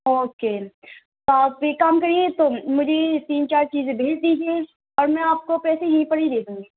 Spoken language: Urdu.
اوکے تو آپ ایک کام کریے تو مجھے یہ تین چار چیزیں بھیج دیجیے اور میں آپ کو پیسے یہیں پر ہی دے دوں گی